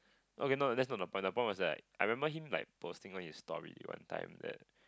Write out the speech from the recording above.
okay no that's not the point the point was that I remember him like posting on his story one time that